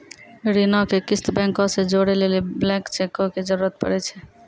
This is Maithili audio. ऋणो के किस्त बैंको से जोड़ै लेली ब्लैंक चेको के जरूरत पड़ै छै